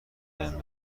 بهم